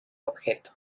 objeto